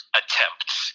attempts